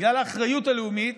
בגלל האחריות הלאומית,